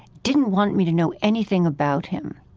didn't want me to know anything about him.